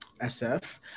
sf